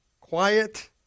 quiet